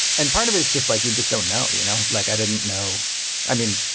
and part of it is just like you just don't know. you know like i didn't know i mean